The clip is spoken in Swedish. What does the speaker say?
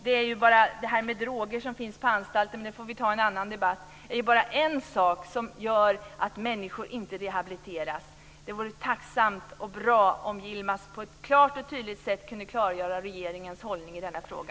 Situationen med de droger som finns på anstalterna får vi ta upp i en annan debatt. Det är bara en sak som gör att människor inte rehabiliteras. Det vore tacksamt och bra om Yilmaz på ett klart och tydligt sätt kunde klargöra regeringens hållning i denna fråga.